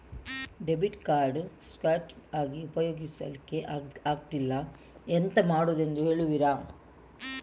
Debit card scratch ಆಗಿ ಉಪಯೋಗಿಸಲ್ಲಿಕ್ಕೆ ಆಗ್ತಿಲ್ಲ, ಎಂತ ಮಾಡುದೆಂದು ಹೇಳುವಿರಾ?